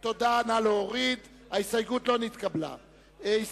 שאלו שאלה שאתה מחויב בתשובה עליה: האם